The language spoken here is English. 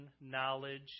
knowledge